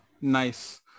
nice